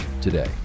today